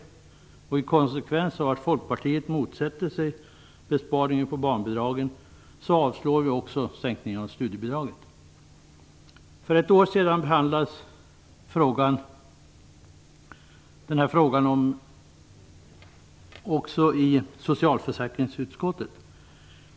Som konsekvens av att folkpartiet motsätter sig besparingen på barnbidraget avslår vi också sänkningen av studiebidraget. För ett år sedan behandlades denna fråga i socialförsäkringsutskottet.